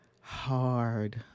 hard